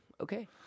okay